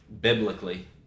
biblically